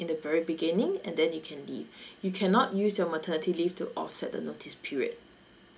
in the very beginning and then you can leave you cannot use your maternity leave to offset the notice period